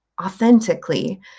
authentically